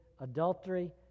adultery